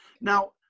Now